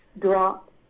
drop